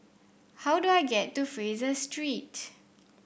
how do I get to Fraser Street